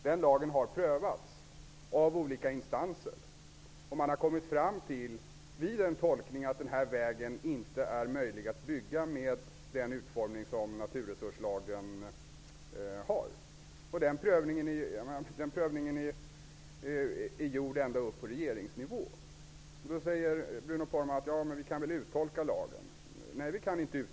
Den lagen har prövats av olika instanser, och vid en tolkning har man kommit fram till att vägen inte är möjlig att bygga, med den utformning som naturresurslagen har. Den prövningen är gjord ända upp på regeringsnivå. Då säger Bruno Poromaa att vi väl kan uttolka lagen. Nej, det kan vi inte.